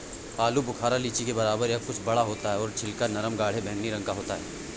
आलू बुखारा लीची के बराबर या कुछ बड़ा होता है और छिलका नरम गाढ़े बैंगनी रंग का होता है